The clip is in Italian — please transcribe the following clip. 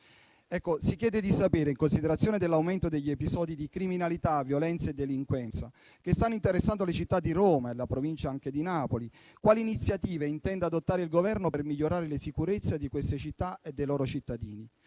Si chiede di sapere, in considerazione dell'aumento degli episodi di criminalità, violenza e delinquenza che stanno interessando la città di Roma e la Provincia di Napoli, quali iniziative il Governo intende adottare per migliorare la sicurezza di queste realtà e dei loro cittadini,